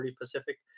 Pacific